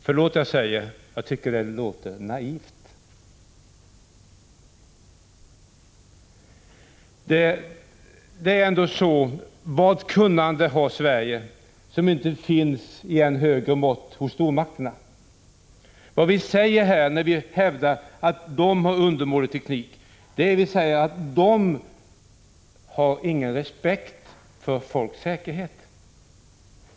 Förlåt att jag säger det: Jag tycker detta låter naivt! Vilket kunnande har Sverige som inte finns i än högre mått hos stormakterna? Vad vi säger när vi hävdar att de har undermålig teknik är att de inte har någon respekt för folks säkerhet.